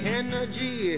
energy